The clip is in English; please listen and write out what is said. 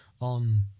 on